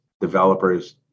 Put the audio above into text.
developers